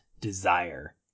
desire